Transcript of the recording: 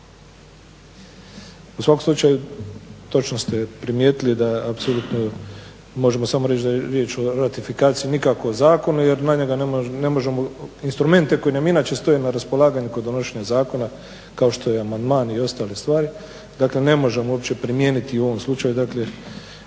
U svakom slučaj točno ste primijetili da apsolutno možemo samo reći da je riječ o ratifikaciji, nikako o zakonu jer na njega ne možemo, instrumenti koji nam inače stoje na raspolaganju kod donošenja zakona kao što je amandman i ostale stvari. Dakle, ne možemo uopće primijeniti u ovom slučaju,